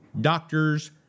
doctors